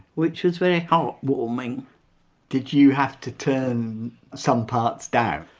which was very heart-warming did you have to turn some parts down?